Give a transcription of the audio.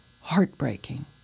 Heartbreaking